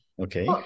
Okay